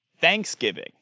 Thanksgiving